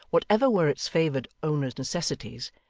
whatever were its favoured owner's necessities,